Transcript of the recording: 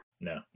no